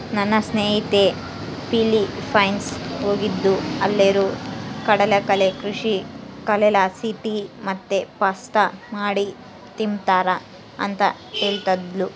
ನನ್ನ ಸ್ನೇಹಿತೆ ಫಿಲಿಪೈನ್ಸ್ ಹೋಗಿದ್ದ್ಲು ಅಲ್ಲೇರು ಕಡಲಕಳೆ ಕೃಷಿಯ ಕಳೆಲಾಸಿ ಟೀ ಮತ್ತೆ ಪಾಸ್ತಾ ಮಾಡಿ ತಿಂಬ್ತಾರ ಅಂತ ಹೇಳ್ತದ್ಲು